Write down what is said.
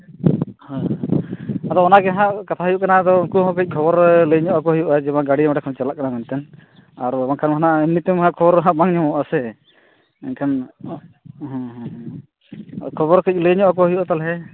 ᱦᱮᱸ ᱟᱫᱚ ᱚᱱᱟᱜᱮ ᱦᱟᱸᱜ ᱠᱟᱛᱷᱟ ᱦᱩᱭᱩᱜ ᱠᱟᱱᱟ ᱟᱫᱚ ᱩᱱᱠᱩ ᱦᱚᱸ ᱠᱟᱹᱡ ᱠᱷᱚᱵᱚᱨ ᱞᱟᱹᱭ ᱧᱚᱜ ᱟᱠᱚ ᱦᱩᱭᱩᱜᱼᱟ ᱡᱮ ᱵᱟᱝ ᱜᱟᱹᱲᱤ ᱱᱚᱸᱰᱮ ᱠᱷᱚᱱ ᱪᱟᱞᱟᱜ ᱠᱟᱱᱟ ᱢᱮᱱᱛᱮ ᱟᱨᱚ ᱵᱟᱝᱠᱷᱟᱱ ᱦᱩᱱᱟᱹᱜ ᱮᱢᱱᱤᱛᱮᱢᱟ ᱠᱷᱚᱵᱚᱨ ᱱᱟᱦᱟᱜ ᱵᱟᱝ ᱧᱟᱢᱚᱜ ᱟᱥᱮ ᱮᱱᱠᱷᱟᱱ ᱦᱮᱸ ᱦᱮᱸ ᱠᱷᱚᱵᱚᱨ ᱠᱟᱹᱪ ᱞᱟᱹᱭ ᱧᱚᱜ ᱟᱠᱚ ᱦᱳᱭᱚᱳᱜᱼᱟ ᱛᱟᱦᱚᱞᱮ